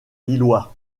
lillois